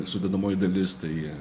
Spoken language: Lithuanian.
sudedamoji dalis tai